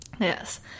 Yes